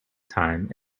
time